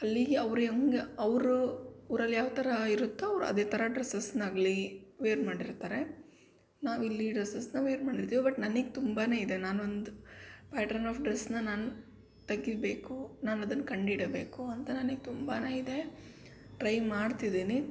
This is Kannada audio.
ಅಲ್ಲಿಗೆ ಅವ್ರು ಹೇಗೆ ಅವರು ಊರಲ್ಲಿ ಯಾವ ಥರ ಇರುತ್ತೋ ಅವ್ರು ಅದೇ ಥರ ಡ್ರಸ್ಸಸ್ನಾಗಲಿ ವೇರ್ ಮಾಡಿರ್ತಾರೆ ನಾವು ಇಲ್ಲಿ ಡ್ರಸ್ಸಸ್ನಾ ವೇರ್ ಮಾಡಿರ್ತೀವಿ ಬಟ್ ನನಗೆ ತುಂಬಾ ಇದೆ ನಾನೊಂದು ಪ್ಯಾಟ್ರನ್ ಆಫ್ ಡ್ರೆಸ್ನಾ ನಾನು ತೆಗೀಬೇಕು ನಾನು ಅದನ್ನು ಕಂಡು ಹಿಡೀಬೇಕು ಅಂತ ನನಗೆ ತುಂಬಾ ಇದೆ ಟ್ರೈ ಮಾಡ್ತಿದ್ದೀನಿ